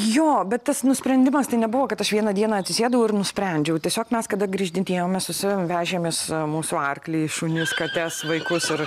jo bet tas nusprendimas tai nebuvo kad aš vieną dieną atsisėdau ir nusprendžiau tiesiog mes kada grįždindėjom mes su savim vežėmės mūsų arklį šunis kates vaikus ir